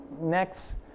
next